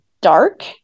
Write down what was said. dark